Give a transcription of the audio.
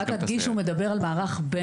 רגע, אני רק אדגיש שהוא מדבר על מערך בין-עירוני.